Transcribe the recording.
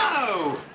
oh,